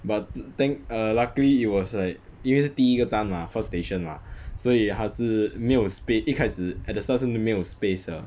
but th~ thank err luckily it was like 因为是第一个站 mah first station mah 所以他是没有 spa~ 一开始 at the start 真的是没有 space 的